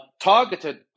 targeted